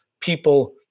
people